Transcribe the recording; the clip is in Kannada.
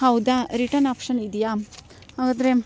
ಹೌದಾ ರಿಟರ್ನ್ ಆಪ್ಷನ್ ಇದೆಯಾ ಹಾಗಾದ್ರೆ